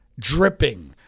dripping